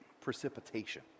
Precipitation